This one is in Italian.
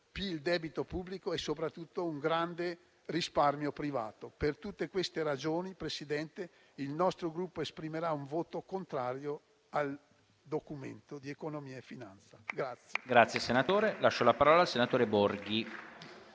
PIL e debito pubblico e soprattutto un grande risparmio privato. Per tutte queste ragioni, signor Presidente, il nostro Gruppo esprimerà un voto contrario al Documento di economia e finanza.